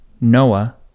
Noah